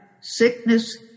sickness